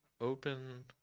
open